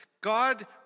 God